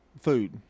food